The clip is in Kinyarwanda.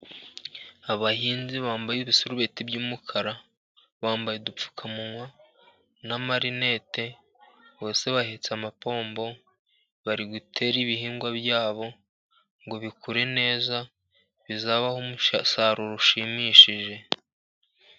Abahinzi bambaye ibisarubeti by'umukara, bambaye udupfukamunwa n'amadarubindi, bose bahetse amapombo, bari gutera ibihingwa byabo ngo bikure neza, bizabahe umusaruro ushimishije.